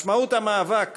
משמעות המאבק